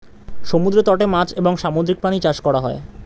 সমুদ্র তটে মাছ এবং সামুদ্রিক প্রাণী চাষ করা হয়